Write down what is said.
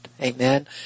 Amen